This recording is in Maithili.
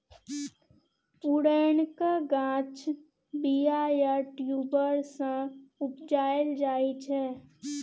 पुरैणक गाछ बीया या ट्युबर सँ उपजाएल जाइ छै